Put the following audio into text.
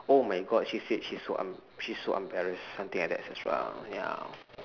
oh my god she said she so em~ she's so embarrassed something like that so ya